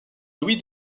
louis